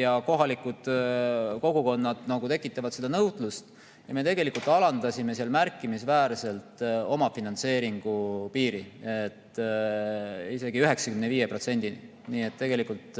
ja kohalikud kogukonnad tekitavad selle järele nõudluse. Aga me tegelikult alandasime seal märkimisväärselt omafinantseeringu piiri, isegi 95%‑ni, nii et tegelikult